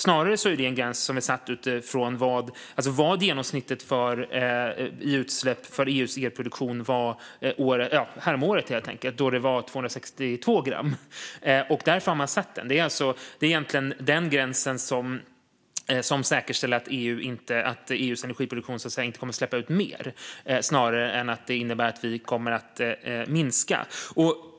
Snarare är detta en gräns som är satt utifrån vad genomsnittet för utsläpp från EU:s elproduktion var häromåret, då det var 262 gram. Därför har man satt den. Denna gräns säkerställer alltså att EU:s energiproduktion inte kommer att släppa ut mer snarare än att utsläppen kommer att minska.